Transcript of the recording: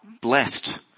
Blessed